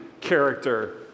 character